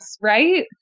Right